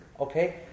Okay